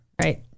right